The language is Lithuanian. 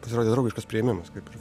pasirodė draugiškas priėmimas kaip ir